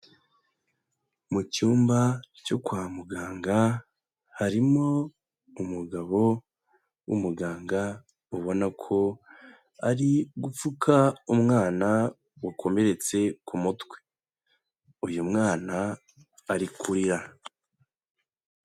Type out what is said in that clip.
Mu cyumba cyo kwa muganga hari umugabo w'umuganga ubona ko ari gupfuka umwana wakomeretse ku mutwe. Uyu mwana ari kurira.